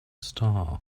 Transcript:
star